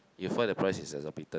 you'll find that the price is exorbitant